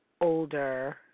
older